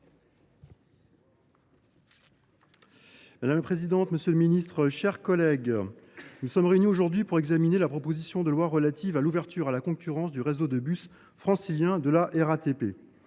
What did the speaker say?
Madame la présidente, monsieur le ministre, mes chers collègues, nous sommes réunis aujourd’hui pour examiner la proposition de loi relative à l’ouverture à la concurrence du réseau de bus francilien de la RATP.